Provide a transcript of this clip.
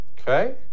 Okay